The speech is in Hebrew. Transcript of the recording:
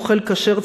אוכל כשר,